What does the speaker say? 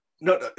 no